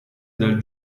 dal